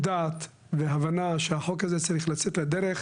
דעת והבנה שהחוק הזה צריך לצאת לדרך,